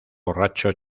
borracho